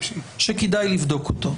שכדאי לבדוק אותו.